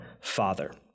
father